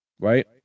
right